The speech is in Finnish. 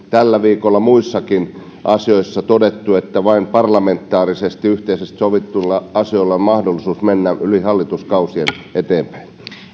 tällä viikolla on muissakin asioissa todettu että vain parlamentaarisesti yhteisesti sovituilla asioilla on mahdollisuus mennä yli hallituskausien eteenpäin